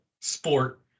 sport